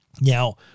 Now